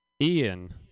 Ian